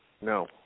No